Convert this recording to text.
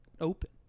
open